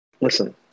Listen